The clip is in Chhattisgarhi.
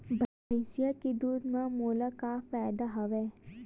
भैंसिया के दूध म मोला का फ़ायदा हवय?